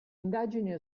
indagini